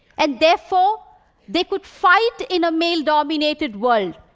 and therefore they could fight in a male-dominated world,